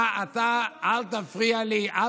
אתה, אל תפריע לי.